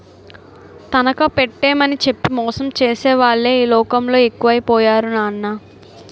తనఖా పెట్టేమని చెప్పి మోసం చేసేవాళ్ళే ఈ లోకంలో ఎక్కువై పోయారు నాన్నా